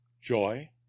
Joy